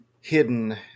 hidden